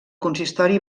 consistori